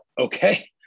Okay